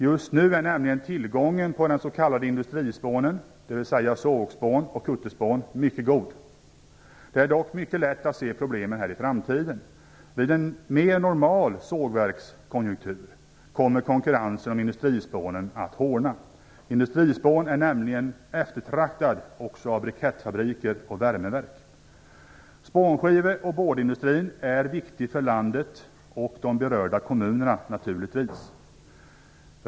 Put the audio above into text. Just nu är tillgången på s.k. industrispån, dvs. sågspån och kutterspån, mycket god. Det är dock mycket lätt att se problemen i framtiden. Vid en mer normal sågverkskonjunktur kommer konkurrensen om industrispån att hårdna. Industrispån är nämligen eftertraktat också av brikettfabriker och värmeverk. Spånskive och boardindustrin är naturligtvis viktig för landet och de berörda kommunerna.